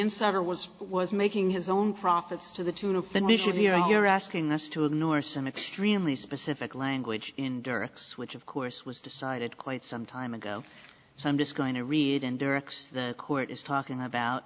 insider was was making his own profits to the tune of finish you know you're asking us to ignore some extremely specific language in dirk's which of course was decided quite some time ago so i'm just going to read and directs the court is talking about